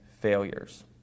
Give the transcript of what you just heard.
failures